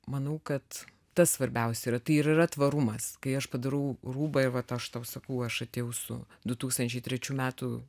manau kad tas svarbiausia yra tai yra tvarumas kai aš padarų rūbą ir vat aš tau sakau aš atėjau su du tūkstančiai trečių metų